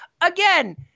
again